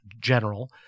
General